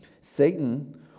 Satan